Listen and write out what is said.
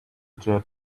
jet